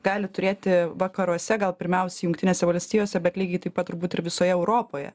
gali turėti vakaruose gal pirmiausia jungtinėse valstijose bet lygiai taip pat turbūt ir visoje europoje